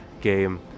game